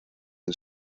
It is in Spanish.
del